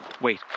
Wait